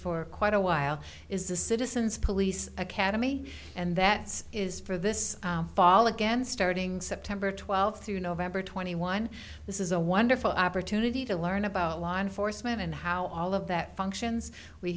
for quite a while is the citizen's police academy and that is for this fall again starting september twelfth through nov twenty one this is a wonderful opportunity to learn about law enforcement and how all of that functions we